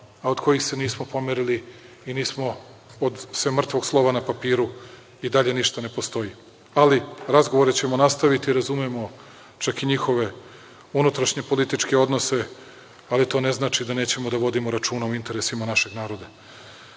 a od kojih se nismo pomerili, sem mrtvog slova na papiru i dalje ništa ne postoji. Ali, razgovore ćemo nastaviti, razumemo čak i njihove unutrašnje političke odnose, ali to ne znači da nećemo da vodimo računa o interesima našeg naroda. Naši